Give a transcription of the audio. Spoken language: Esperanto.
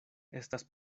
estas